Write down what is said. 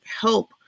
help